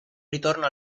ritorno